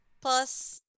plus